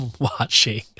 watching